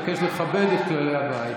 אני מבקש לכבד את כללי הבית.